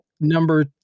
number